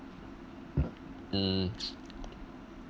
hmm